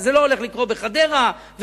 וזה לא הולך לקרות בחדרה וברמת-חובב?